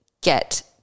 get